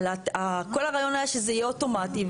כל הרעיון היה שזה יהיה אוטומטי,